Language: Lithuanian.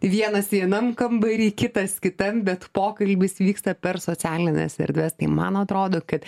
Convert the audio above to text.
vienas vienam kambary kitas kitam bet pokalbis vyksta per socialines erdves tai man atrodo kad